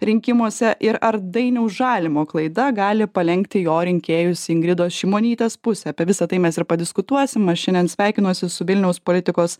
rinkimuose ir ar dainiaus žalimo klaida gali palenkti jo rinkėjus į ingridos šimonytės pusę apie visa tai mes ir padiskutuosim aš šiandien sveikinuosi su vilniaus politikos